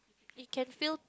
it can fill